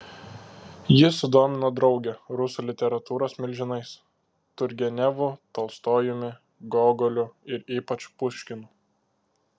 ji sudomino draugę rusų literatūros milžinais turgenevu tolstojumi gogoliu ir ypač puškinu